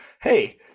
hey